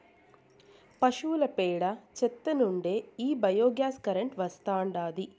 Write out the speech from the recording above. పశువుల పేడ చెత్త నుంచే ఈ బయోగ్యాస్ కరెంటు వస్తాండాది